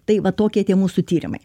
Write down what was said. tai va tokie tie mūsų tyrimai